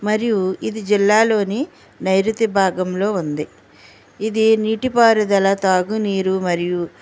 మరియు ఇది జిల్లాలోని నైరుతి భాగంలో ఉంది ఇది నీటిపారుదల తాగునీరు మరియు